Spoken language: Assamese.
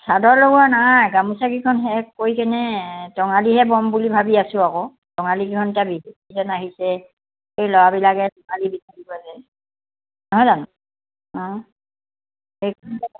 চাদৰ লগোৱা নাই গামোচাকেইখন শেষ কৰি কেনে টঙালীহে ব'ম বুলি ভাবি আছোঁ আকৌ টঙালীকেইখন এতিয়া বিহুৰ ছিজেন আহিছে সেই ল'ৰাবিলাকে টঙালী বিচাৰিব নহয় জানো অঁ সেই